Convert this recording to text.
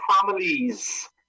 families